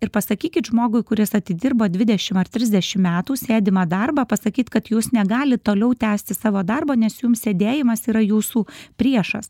ir pasakykit žmogui kuris atidirbo dvidešim ar trisdešim metų sėdimą darbą pasakyt kad jūs negalit toliau tęsti savo darbo nes jums sėdėjimas yra jūsų priešas